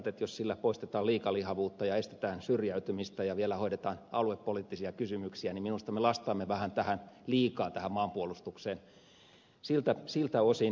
jos näin poistetaan liikalihavuutta ja estetään syrjäytymistä ja vielä hoidetaan aluepoliittisia kysymyksiä niin minusta me lastaamme vähän liikaa tähän maanpuolustukseen siltä osin